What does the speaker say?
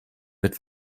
wird